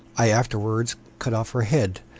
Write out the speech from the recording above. i afterwards cut off her head,